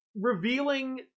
revealing